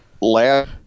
last